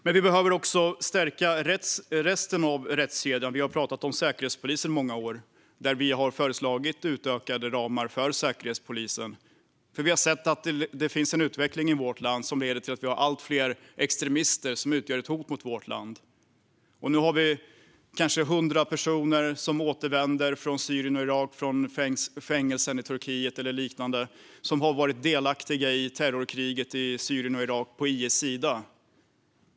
Men vi behöver också stärka resten av rättskedjan. Vi har pratat om Säkerhetspolisen i många år. Vi har föreslagit utökade ramar för Säkerhetspolisen eftersom vi har sett att det finns en utveckling som leder till att vi har allt fler extremister som utgör ett hot mot vårt land. Nu har vi kanske hundra personer som återvänder från Syrien och Irak och från fängelser i Turkiet eller liknande och som har varit delaktiga i terrorkriget i Syrien och Irak på IS sida.